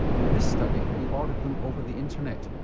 in this study he ordered them over the internet.